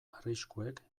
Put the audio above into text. arriskuek